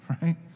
right